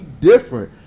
different